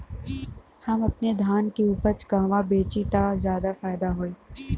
हम अपने धान के उपज कहवा बेंचि त ज्यादा फैदा होई?